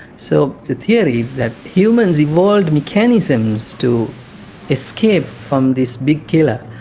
so the theory is that humans evolved mechanisms to escape from this big killer.